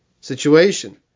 situation